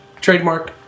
Trademark